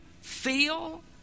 feel